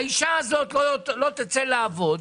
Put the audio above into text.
האשה הזאת לא תצא לעבוד.